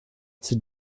sie